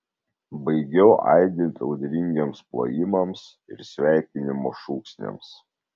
baigiau aidint audringiems plojimams ir sveikinimo šūksniams